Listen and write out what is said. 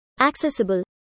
accessible